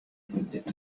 funud